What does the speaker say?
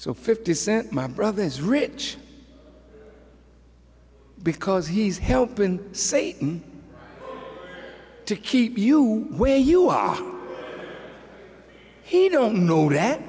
so fifty cent my brother is rich because he's helping satan to keep you way you are he don't know that